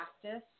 practice